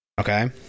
Okay